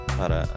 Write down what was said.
para